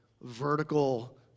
vertical